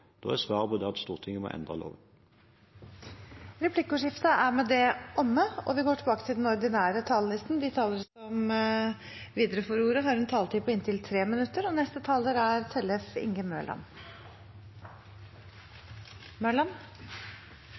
da er svaret at Stortinget må endre loven. Replikkordskiftet er omme. De talere som heretter får ordet, har også en taletid på inntil 3 minutter. Åpenhet i helsevesenet er